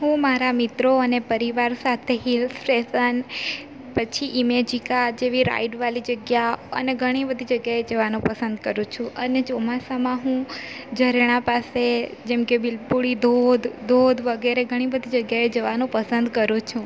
હું મારા મિત્રો અને પરિવાર સાથે હિલ સ્ટેશન પછી ઈમેજીકા જેવી રાઈડવાળી જગ્યા અને ઘણી બધી જગ્યાએ જવાનું પસંદ કરું છું અને ચોમાસામાં હું ઝરણા પાસે જેમ કે બિલપુડી ધોધ ધોધ વગેરે ઘણી બધી જગ્યાએ જવાનું પસંદ કરું છું